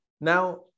now